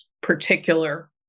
particular